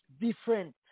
different